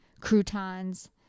Croutons